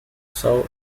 serve